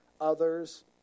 others